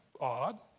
odd